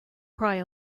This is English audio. cry